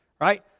right